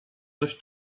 coś